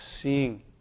Seeing